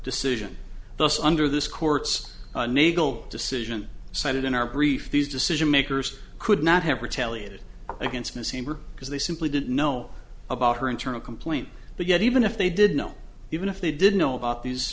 decision thus under this court's nagel decision cited in our brief these decision makers could not have retaliated against misener because they simply didn't know about her internal complaint but yet even if they did know even if they did know about these